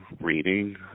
reading